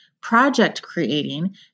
project-creating